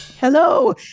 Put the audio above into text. hello